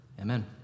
Amen